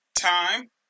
time